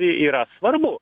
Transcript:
yra svarbu